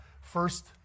first